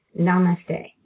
namaste